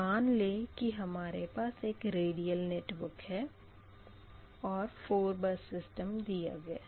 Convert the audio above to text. मान लें कि हमारे पास एक रेडियल नेटवर्क है और 4 बस सिस्टम दिया है